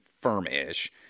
firm-ish